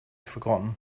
forgotten